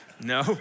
no